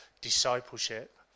discipleship